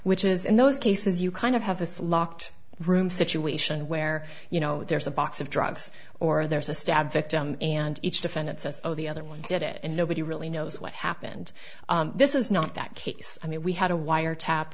which is in those cases you kind of have this locked room situation where you know there's a box of drugs or there's a stab victim and each defendant says oh the other one did it and nobody really knows what happened this is not that case i mean we had a wiretap